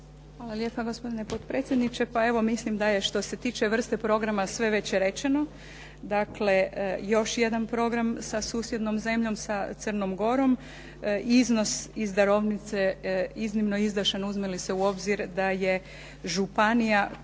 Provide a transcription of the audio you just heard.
Hvala lijepa gospodine potpredsjedniče. Mislim da je što se tiče vrste programa sve već rečeno. Dakle, još jedan program sa susjednom zemljom, sa Crnom Gorom iznos iz darovnice iznimno izdašan uzme li se u obzir da je županija